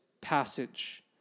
passage